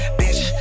bitch